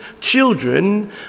children